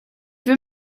will